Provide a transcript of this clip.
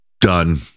done